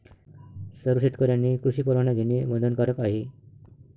सर्व शेतकऱ्यांनी कृषी परवाना घेणे बंधनकारक आहे